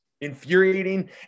infuriating